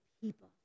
people